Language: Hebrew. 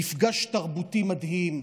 מפגש תרבותי מדהים,